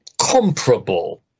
comparable